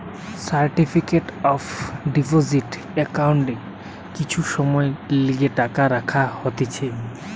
certificate of deposit একাউন্টে কিছু সময়ের লিগে টাকা রাখা হতিছে